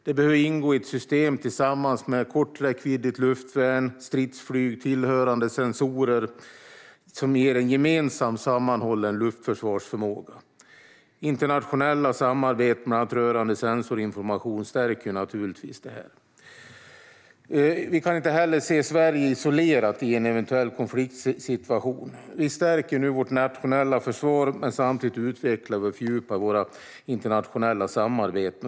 Det behöver ingå i ett system tillsammans med korträckviddigt luftvärn, stridsflyg och tillhörande sensorer som ger en gemensam sammanhållen luftförsvarsförmåga. Internationella samarbeten bland annat rörande sensorinformation stärker naturligtvis det. Vi kan inte heller se Sverige isolerat i en eventuell konfliktsituation. Vi stärker nu vårt nationella försvar. Samtidigt utvecklar vi och fördjupar våra internationella samarbeten.